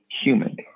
human